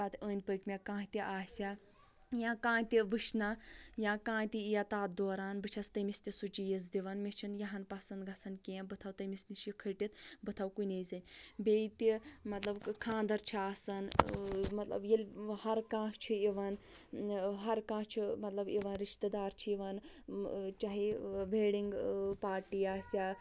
پتہٕ أنٛدۍ پٔکۍ مےٚ کانٛہہ تہِ آسیٛا یا کانٛہہ تہِ وُچھا یا کانٛہہ تہِ ییا تتھ دوران بہٕ چھَس تٔمِس تہِ سُہ چیٖز دِوان مےٚ چھُ نہٕ یہِ ہن پَسَنٛد گَژھان کیٚنٛہہ بہٕ تھاوٕ تٔمِس نِش یہِ کھٔٹِتھ بہٕ تھاو کُنے زَنہِ بیٚیہِ تہِ مطلب خانٛدر چھِ آسان مَطلَب ییٚلہِ ہر کانٛہہ چھُ یِوان ہر کانٛہہ چھُ مَطلَب یِوان رِشتہٕ دار چھ یِوان چاہے ویٚڈِنٛگ پارٹی آسیا